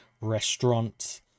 restaurant